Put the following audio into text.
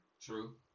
True